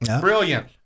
Brilliant